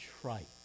trite